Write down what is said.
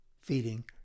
feeding